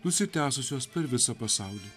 nusitęsusios per visą pasaulį